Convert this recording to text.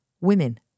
women